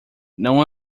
não